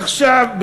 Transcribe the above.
עכשיו,